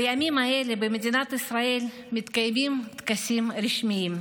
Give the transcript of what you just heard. בימים האלה במדינת ישראל מתקיימים טקסים רשמיים.